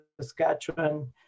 Saskatchewan